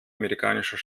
amerikanischen